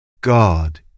God